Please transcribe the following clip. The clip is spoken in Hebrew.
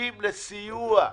זקוקים לסיוע.